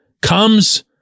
comes